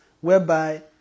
whereby